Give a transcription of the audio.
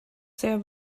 there